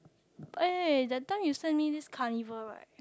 eh that time you send me this carnival right